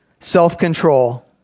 self-control